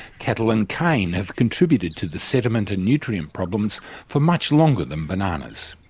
cattle and cane have contributed to the sediment and nutrient problems for much longer than bananas.